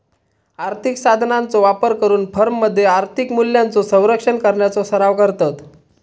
आर्थिक साधनांचो वापर करून फर्ममध्ये आर्थिक मूल्यांचो संरक्षण करण्याचो सराव करतत